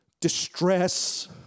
Distress